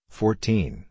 fourteen